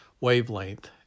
wavelength